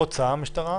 רוצה?